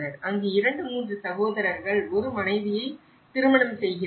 அங்கு 2 3 சகோதரர்கள் ஒரே மனைவியை திருமணம் செய்கிறார்கள்